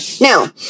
Now